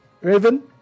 Raven